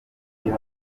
iyo